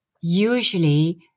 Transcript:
usually